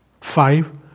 Five